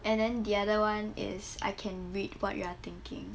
and then the other one is I can read what you are thinking